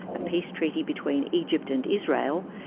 a peace treaty between egypt and israel,